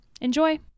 enjoy